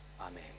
Amen